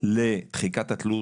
לדחיקת התלות,